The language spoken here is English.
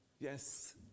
Yes